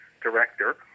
Director